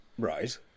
Right